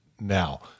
now